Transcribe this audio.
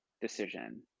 decision